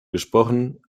gesprochen